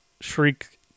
Shriek